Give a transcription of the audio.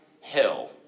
Hell